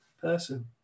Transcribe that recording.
person